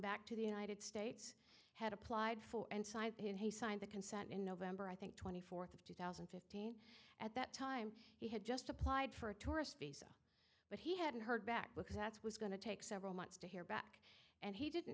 back to the united states had applied for and he signed the consent in november i think twenty fourth of two thousand and fifteen at that time he had just applied for a tourist visa but he hadn't heard back because that's was going to take several months to hear back and he didn't